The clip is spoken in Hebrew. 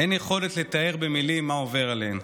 אין יכולת לתאר במילים מה עובר עליהן,